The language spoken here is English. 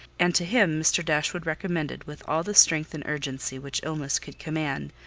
and to him mr. dashwood recommended, with all the strength and urgency which illness could command,